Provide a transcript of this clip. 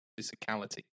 physicality